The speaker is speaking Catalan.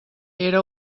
era